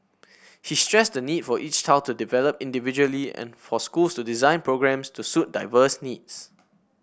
he stressed the need for each child to develop individually and for schools to design programmes to suit diverse needs